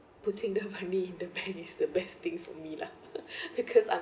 putting the money in the bank is the best thing for me lah because I'm